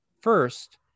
first